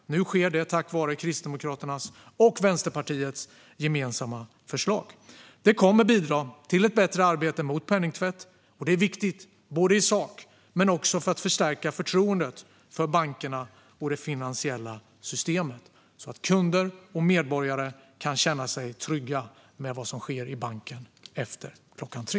Nu sker det tack vare Kristdemokraternas och Vänsterpartiets gemensamma förslag. Det kommer att bidra till ett bättre arbete mot penningtvätt. Det är viktigt både i sak och för att stärka förtroendet för bankerna och det finansiella systemet. Kunder och medborgare ska kunna känna sig trygga med vad som sker i banken efter klockan tre.